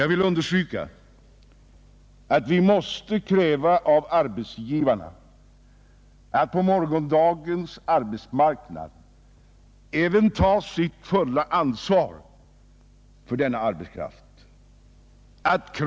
Jag vill poängtera att vi av arbetsgivarna måste kräva att de på morgondagens arbetsmarknad tar sitt fulla ansvar för denna arbetskraft.